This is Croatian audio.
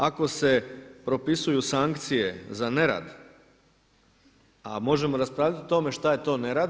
Ako se propisuju sankcije za nerad, a možemo raspravljati o tome šta je to nerad.